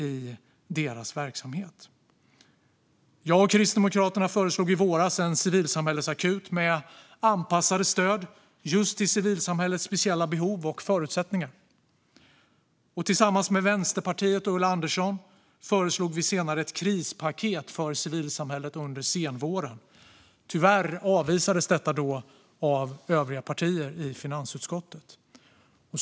Jag och Kristdemokraterna föreslog i våras en civilsamhällesakut med anpassade stöd just till civilsamhällets speciella behov och förutsättningar. Tillsammans med Vänsterpartiet och Ulla Andersson föreslog vi senare ett krispaket för civilsamhället under senvåren. Tyvärr avvisades detta då av övriga partier i finansutskottet.